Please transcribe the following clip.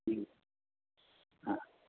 हा